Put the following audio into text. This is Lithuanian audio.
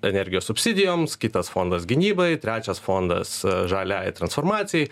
energijos subsidijoms kitas fondas gynybai trečias fondas žaliajai transformacijai